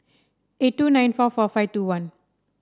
eight two nine four four five two one